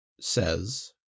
says